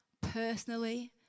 personally